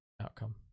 outcome